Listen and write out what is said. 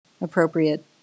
appropriate